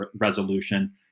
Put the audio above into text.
Resolution